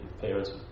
parents